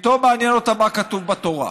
פתאום מעניין אותה מה כתוב בתורה,